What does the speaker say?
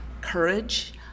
courage